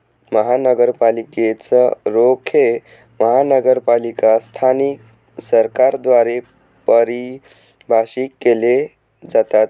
महानगरपालिकेच रोखे महानगरपालिका स्थानिक सरकारद्वारे परिभाषित केले जातात